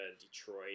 Detroit